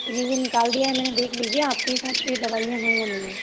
यह जो निकाल दिया है मैंने देख लीजिए आपके हिसाब से यह दवाइयाँ हैं या नहीं हैं